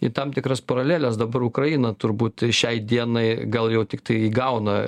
į tam tikras paraleles dabar ukraina turbūt šiai dienai gal jau tiktai įgauna